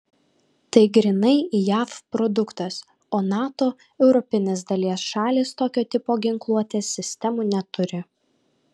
tai grynai jav produktas o nato europinės dalies šalys tokio tipo ginkluotės sistemų neturi